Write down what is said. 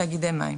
תאגידי מים.